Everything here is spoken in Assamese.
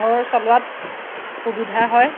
ঘৰ চলোৱাত সুবিধা হয়